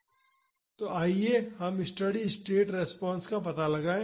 तो आइए हम स्टेडी स्टेट रिस्पांस का पता लगाएं